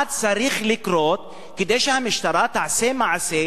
מה צריך לקרות כדי שהמשטרה תעשה מעשה